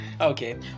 okay